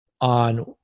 on